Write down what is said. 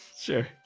Sure